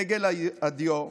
דגל הדיו,